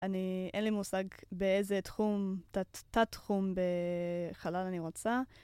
אני, אין לי מושג באיזה תחום, תת תחום בחלל אני רוצה.